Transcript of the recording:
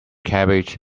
cabbage